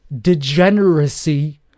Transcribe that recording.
degeneracy